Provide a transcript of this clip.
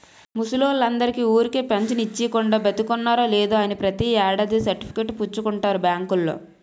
ముసలోల్లందరికీ ఊరికే పెంచను ఇచ్చీకుండా, బతికున్నారో లేదో అని ప్రతి ఏడాది సర్టిఫికేట్ పుచ్చుకుంటారు బాంకోల్లు